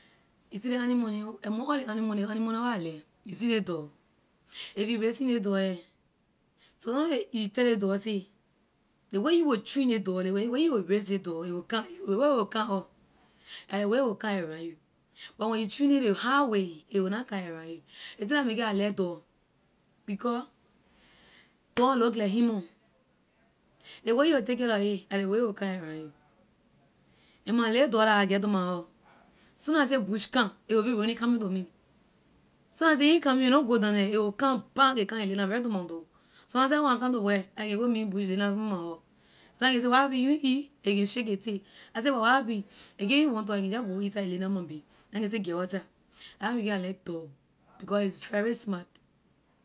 You see ley animal neh among all ley animal neh ley animal neh where I like you see ley dog if you raising ley dog here so long a you tell ley dog say ley way you will train ley dog ley way you will raise ley dog a will come a will come up la ley way a will come around you but when you train it ley hard way a will na come around you. ley thing la make it I like dog because dog look like human ley way you will take care lor a la ley way a will come around you ley my lay dog la I get to my house soona I say bush come a will be running coming to me soon I say you na coming don’t go down the a will come back a come and a lay down right to my door sometime she when I come to work I can go meet bush laying down in front my house sometime I can say what happen you eat a can shake a tail I say but when happen a can even want talk a can jeh inside a lay down on my bay then I can say get outside la what make it I like dog because is very smart.